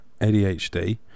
ADHD